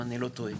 אם אני לא טועה.